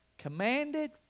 Commanded